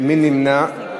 מי נמנע?